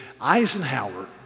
Eisenhower